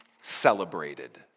celebrated